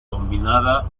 combinada